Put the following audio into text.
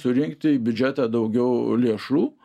surinkti į biudžetą daugiau lėšų